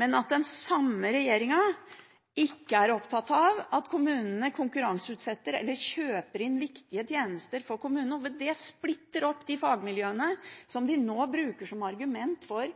At den samme regjeringen ikke er opptatt av at kommunene konkurranseutsetter eller kjøper inn viktige tjenester for kommunene, og ved det splitter opp de fagmiljøene som de nå bruker som argument for